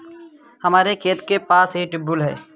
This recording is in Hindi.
हमारे खेत के पास ही ट्यूबवेल है